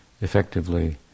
effectively